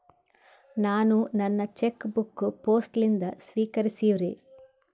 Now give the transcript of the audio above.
ನಾನು ನನ್ನ cheque book post ಲಿಂದ ಸ್ವೀಕರಿಸಿವ್ರಿ